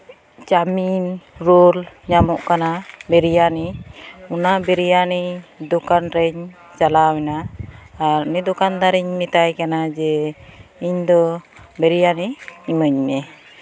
chowmein roll ᱧᱟᱢᱚᱜ ᱠᱟᱱᱟ ᱵᱤᱨᱭᱟᱱᱤ ᱚᱱᱟ ᱵᱤᱨᱭᱟᱱᱤ ᱫᱚᱠᱟᱱ ᱨᱤᱧ ᱪᱟᱞᱟᱣᱱᱟ ᱱᱤᱭᱟᱹ ᱫᱚᱠᱟᱱ ᱫᱟᱹᱨᱤᱧ ᱢᱮᱛᱟᱭ ᱠᱟᱱᱟ ᱡᱮ ᱤᱧᱫᱚ ᱵᱤᱨᱭᱟᱱᱤ ᱮᱢᱟᱹᱧ ᱢᱮ